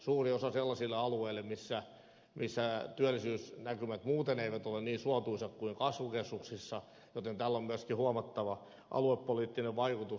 suuri osa tulee sellaisille alueille missä työllisyysnäkymät muuten eivät ole niin suotuisat kuin kasvukeskuksissa joten tällä on myöskin huomattava aluepoliittinen vaikutus